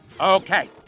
Okay